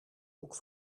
hoek